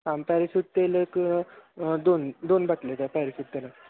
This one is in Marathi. आम पॅरेशूट तेल एक दोन दोन बाटल्या द्या आहे पॅरेशूट तेलाच्या